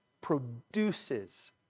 produces